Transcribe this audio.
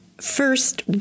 first